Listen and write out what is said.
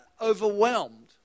overwhelmed